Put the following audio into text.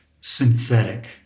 synthetic